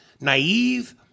naive